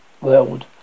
world